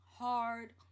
hard